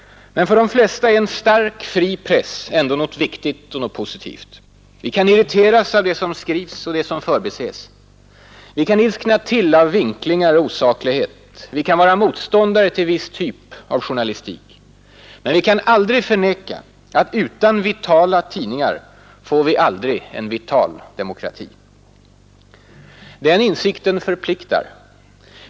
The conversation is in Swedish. Men för de flesta är en stark, fri press ändå något viktigt och positivt. Vi kan irriteras av det som skrivs och det som förbises. Vi kan ilskna till av ”vinklingar” och osaklighet. Vi kan vara motståndare till viss typ av journalistik. Men vi kan aldrig förneka att utan vitala tidningar får vi aldrig en vital demokrati. Den insikten förpliktar.